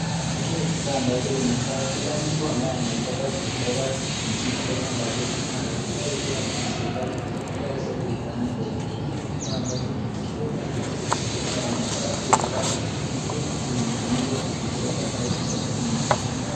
Hiki ni kifaa ambacho unafaa kila mtu ambaye anayetaka kutoka nchini kenya lazima ahakikishe kuwa amezipata ili aweze kuipanda ndege. Hiki ni kifaa ambacho iko katika sehemu nyingi na unafaa kuipata ili uitumie kutoka au kusafiri inje.